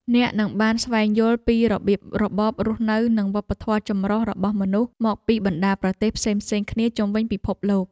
អ្នកនឹងបានស្វែងយល់ពីរបៀបរបបរស់នៅនិងវប្បធម៌ចម្រុះរបស់មនុស្សមកពីបណ្តាប្រទេសផ្សេងៗគ្នាជុំវិញពិភពលោក។